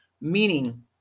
Meaning